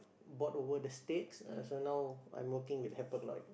bought over the stakes so now I'm working with Hapag-Lloyd